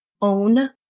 own